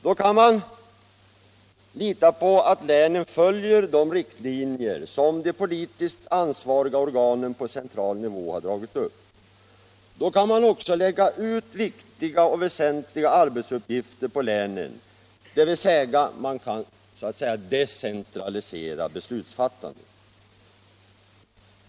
Då kan man lita på att länen följer de riktlinjer som de politiskt ansvariga organen på central nivå har dragit upp. Då kan man också lägga ut viktiga och väsentliga arbetsuppgifter på länen, dvs. decentralisera beslutsfattandet.